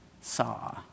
saw